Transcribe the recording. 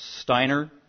Steiner